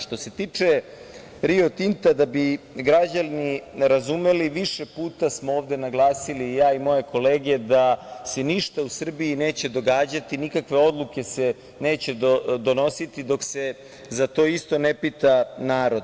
Što se tiče „Rio Tinta“, da bi građani razumeli, više puta smo ovde naglasili i ja i moje kolege da se ništa u Srbiji neće događati, nikakve odluke se neće donositi dok se za to isto ne pita narod.